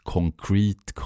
Concrete